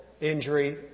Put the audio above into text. injury